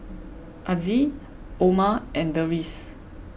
Aziz Omar and Deris